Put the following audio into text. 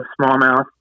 smallmouth